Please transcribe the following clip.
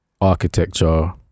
architecture